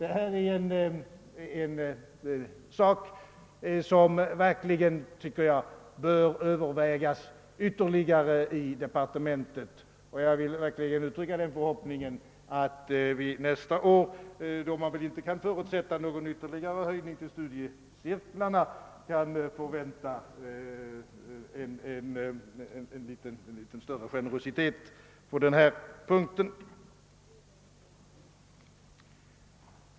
Det här är är en sak som verkligen bör ytterligare övervägas i departementet. Jag vill uttrycka förhoppningen att vi nästa år, då det väl inte kan förutsättas någon ytterligare höjning av bidragen till studiecirklarna, kan förvänta litet större generositet på den här punkten.